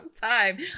time